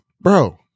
Bro